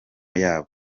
yabo